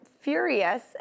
furious